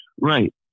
Right